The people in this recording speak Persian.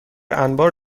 انبار